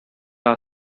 our